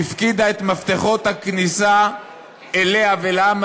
הפקידה את מפתחות הכניסה אליה ואל העם